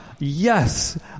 Yes